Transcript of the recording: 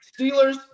Steelers